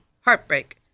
Heartbreak